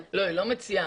לא, היא לא מציעה.